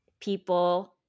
people